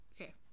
Okay